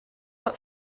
but